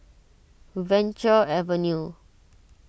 Venture Avenue